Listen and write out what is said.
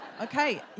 Okay